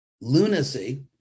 lunacy